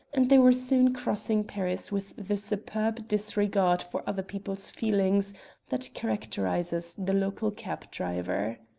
and they were soon crossing paris with the superb disregard for other people's feelings that characterises the local cab-driver.